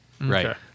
Right